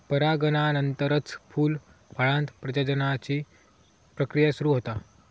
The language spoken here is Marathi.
परागनानंतरच फूल, फळांत प्रजननाची प्रक्रिया सुरू होता